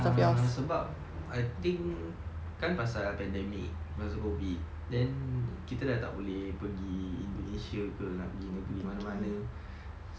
ah sebab I think kan pasal pandemic pasal COVID then kita dah tak boleh pergi indonesia ke nak pergi negeri mana-mana